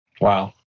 Wow